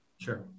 Sure